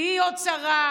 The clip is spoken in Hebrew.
תהיי עוד שרה,